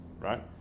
right